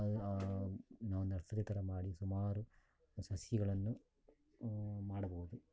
ಆ ನಾವು ನರ್ಸರಿ ಥರ ಮಾಡಿ ಸುಮಾರು ಸಸ್ಯಗಳನ್ನು ಮಾಡಬಹುದು